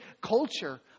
culture